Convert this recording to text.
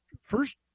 first